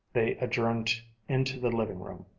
they adjourned into the living-room.